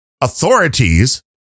authorities